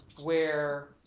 where,